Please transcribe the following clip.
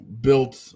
built